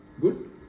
good